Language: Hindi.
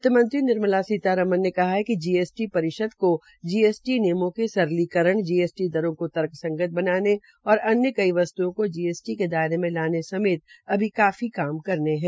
वित्तमंत्री निर्मला सीतारमण ने कहा है कि जीएसटभ् परिषद को जीएसटी नियमों के सरलीकरण जीएसटी दरों को तर्कसंगत बनाने और अन्य कई वस्त्रओं को जीएसटी के दायरे में लाने समेत अभी काम करने है